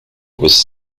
was